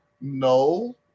No